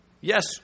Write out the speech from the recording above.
Yes